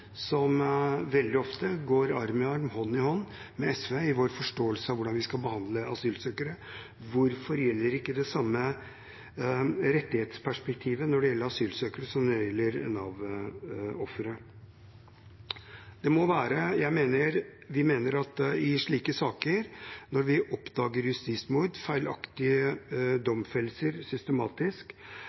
som veldig ofte går arm i arm og hånd i hånd med SV i vår forståelse av hvordan vi skal behandle asylsøkere. Hvorfor gjelder ikke det samme rettighetsperspektivet for asylsøkere som for Nav-ofre? Vi mener at i slike saker, når vi oppdager justismord og systematisk feilaktige domfellelser,